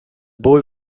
boy